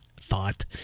thought